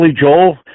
joel